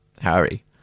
Harry